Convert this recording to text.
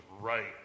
right